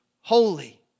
holy